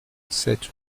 cette